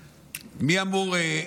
מי אמון על המשטרה?